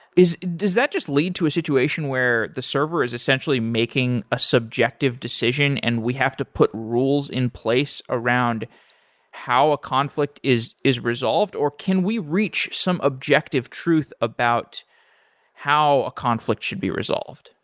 does that just lead to a situation where the server is essentially making a subjective decision and we have to put rules in place around how a conflict is is resolved or can we reach some objective truth about how a conflict should be resolved?